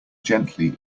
gently